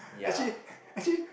actually ppo actually